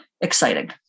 exciting